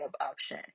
option